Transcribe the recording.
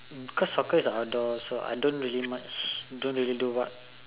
um because soccer is outdoor so I don't really much don't really do what